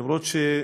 למרות,